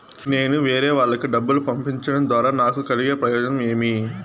నేను వేరేవాళ్లకు డబ్బులు పంపించడం ద్వారా నాకు కలిగే ప్రయోజనం ఏమి?